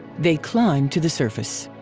they climb to the surface.